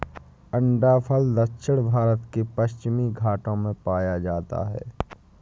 अंडाफल दक्षिण भारत के पश्चिमी घाटों में पाया जाता है